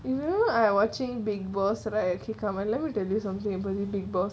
you know I watching big boss right kamal like hw will tell you something about big boss